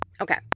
Okay